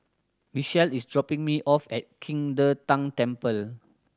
Michelle is dropping me off at King De Tang Temple